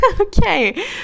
Okay